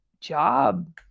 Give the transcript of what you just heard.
job